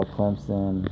Clemson